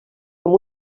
amb